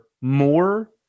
more